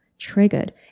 triggered